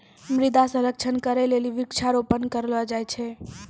मृदा संरक्षण करै लेली वृक्षारोपण करलो जाय छै